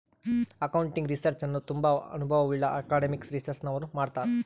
accounting research ಅನ್ನು ತುಂಬಾ ಅನುಭವವುಳ್ಳ ಅಕಾಡೆಮಿಕ್ ರಿಸರ್ಚ್ನವರು ಮಾಡ್ತರ್